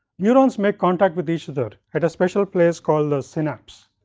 neurons make contact with each other, at a special place called the synapse.